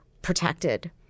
protected